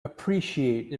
appreciate